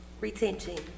retention